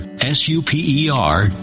S-U-P-E-R